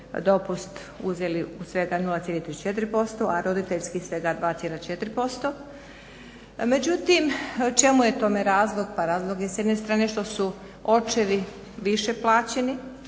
dopust svega 0,34% a roditeljskih svega 2,4%. Međutim čemu je tome razlog? Pa razlog je s jedne strane što su očevi više plaćeni